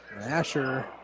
Asher